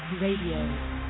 Radio